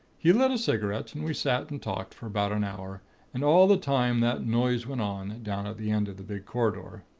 he lit a cigarette, and we sat and talked for about an hour and all the time that noise went on, down at the end of the big corridor.